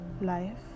life